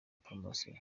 promotion